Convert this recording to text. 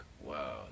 wow